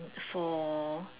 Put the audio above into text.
for